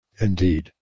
indeed